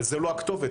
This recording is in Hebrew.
אבל זו לא הכתובת.